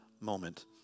moment